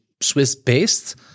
Swiss-based